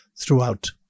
throughout